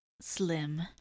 slim